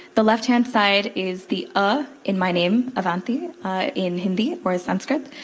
the left-hand side is the ah in my name, avanti, in hindi or sanskrit.